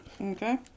Okay